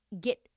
get